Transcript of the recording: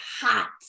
hot